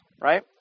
right